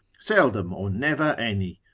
seldom or never any.